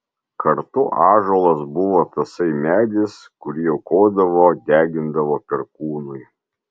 kartu ąžuolas buvo tasai medis kurį aukodavo degindavo perkūnui